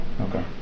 okay